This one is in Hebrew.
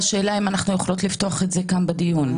והשאלה אם אנחנו יכולות לפתוח את זה כאן בדיון.